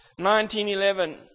1911